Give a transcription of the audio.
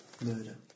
murder